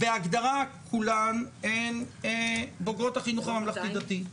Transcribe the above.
בהגדרה, כולן בוגרות החינוך הממלכתי-דתי.